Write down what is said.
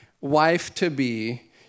wife-to-be